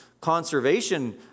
conservation